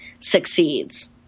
succeeds